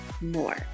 more